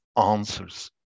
answers